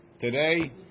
Today